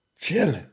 Chilling